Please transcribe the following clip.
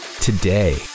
today